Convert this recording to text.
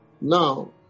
Now